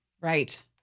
Right